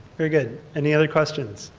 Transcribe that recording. very good. any other questions?